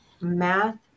math